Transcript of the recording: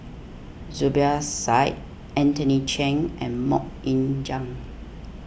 Zubir Said Anthony Chen and Mok Ying Jang